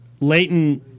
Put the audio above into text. Leighton